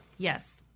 Yes